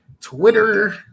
Twitter